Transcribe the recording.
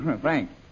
Thanks